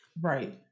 right